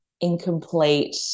incomplete